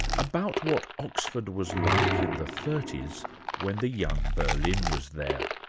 about what oxford was like in the thirties when the young berlin was there.